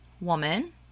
woman